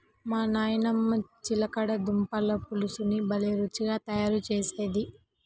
మా నాయనమ్మ చిలకడ దుంపల పులుసుని భలే రుచిగా తయారు చేసేది